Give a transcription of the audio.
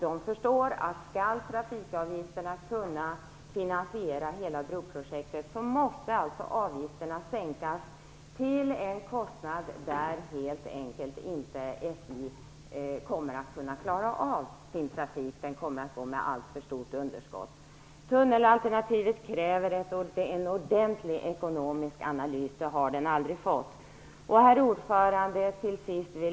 De förstår att om trafikavgifterna skall kunna finansiera hela broprojektet, måste avgifterna sänkas till en nivå som innebär att SJ helt enkelt inte kommer att kunna klara av sin trafik. Den kommer att gå med alltför stort underskott. Det krävs en ordentlig ekonomisk analys av tunnelalternativet. Det har det alternativet aldrig fått. Herr talman!